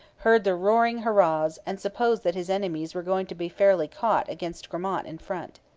heard the roaring hurrahs, and supposed that his enemies were going to be fairly caught against gramont in front.